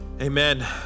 Amen